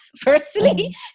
firstly